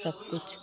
सब कुछ